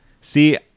See